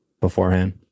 beforehand